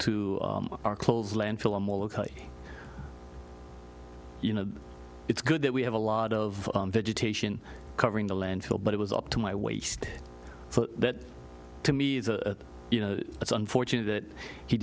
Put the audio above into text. to our close landfill and you know it's good that we have a lot of vegetation covering the landfill but it was up to my waist so that to me is a you know it's unfortunate that he